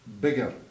bigger